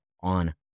on